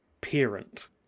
parent